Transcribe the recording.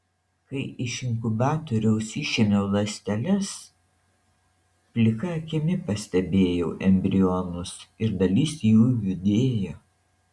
kai iš inkubatoriaus išėmiau ląsteles plika akimi pastebėjau embrionus ir dalis jų judėjo